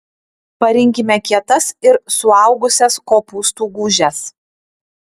parinkime kietas ir suaugusias kopūstų gūžes